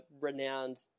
renowned